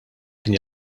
kien